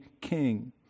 king